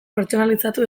pertsonalizatu